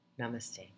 Namaste